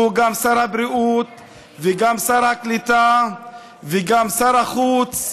והוא גם שר הבריאות וגם שר הקליטה וגם שר החוץ,